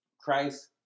Christ